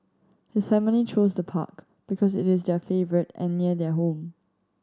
his family chose the park because it is their favourite and near their home